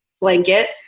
blanket